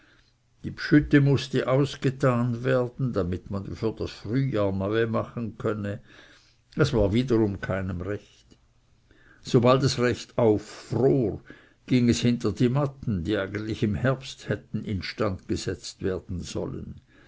die bschütti mußte ausgetan werden damit man für das frühjahr neue machen könne das war wieder keinem recht sobald es recht auffror ging es hinter die matten die eigentlich im herbst hätten instand gesetzt werden sollen